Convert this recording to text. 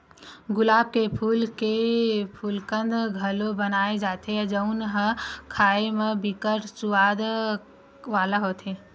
गुलाब के फूल के गुलकंद घलो बनाए जाथे जउन ह खाए म बिकट सुवाद वाला होथे